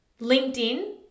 LinkedIn